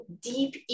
deep